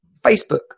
facebook